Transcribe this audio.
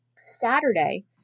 Saturday